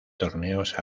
torneos